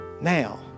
Now